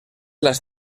las